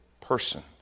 person